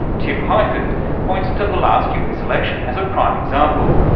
tim highfield points to the last us election as a prime example.